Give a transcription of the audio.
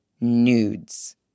nudes